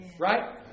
Right